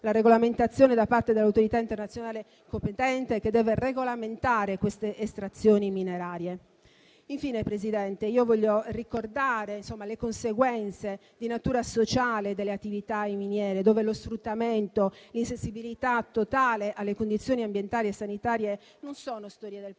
la regolamentazione da parte dell'autorità internazionale competente, che deve regolamentare queste estrazioni minerarie. Infine, Presidente, voglio ricordare le conseguenze di natura sociale delle attività in miniere, dove lo sfruttamento e l'insensibilità totale alle condizioni ambientali e sanitarie non sono storie del passato.